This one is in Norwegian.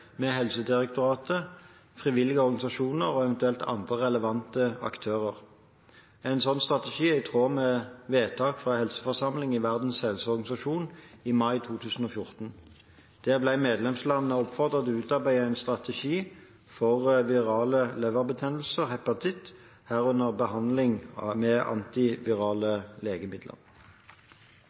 med Helsedirektoratet, frivillige organisasjoner og eventuelt andre relevante aktører. En slik strategi er i tråd med vedtak fra helseforsamlingen i Verdens helseorganisasjon i mai 2014. Der ble medlemslandene oppfordret til å utarbeide en strategi for virale leverbetennelser – hepatitt – herunder behandling med antivirale legemidler.